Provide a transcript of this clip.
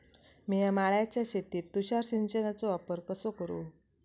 मिया माळ्याच्या शेतीत तुषार सिंचनचो वापर कसो करू?